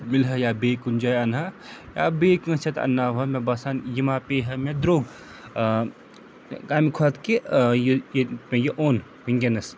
میلہِ ہا یا بیٚیہِ کُنہِ جایہِ اَنہٕ ہا یا بیٚیہِ کٲنٛسہِ ہتھ اَنہٕ ناو ہا مےٚ باسَان یہِ ما پیٚیہِ ہا مےٚ درٛوگ ٲں تَمہِ کھۄتہٕ کہِ ٲں یہِ ییٚلہِ مےٚ یہِ اوٚن وُنٛکیٚس